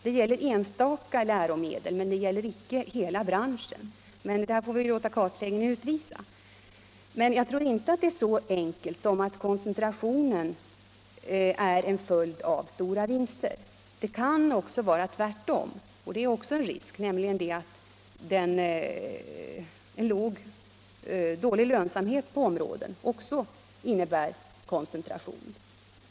Det gäller enstaka läromedel, men det gäller inte hela branschen. Det där får vi låta kartläggningen utvisa. Jag tror inte att det är så enkelt som att koncentrationen är en följd av stora vinster. Det kan vara tvärtom, och med det finns en risk förenad, nämligen att en dålig lönsamhet på området också innebär koncentration.